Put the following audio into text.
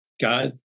god